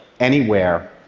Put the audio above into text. anywhere,